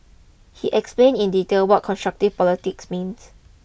he explained in detail what constructive politics means